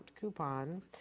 coupon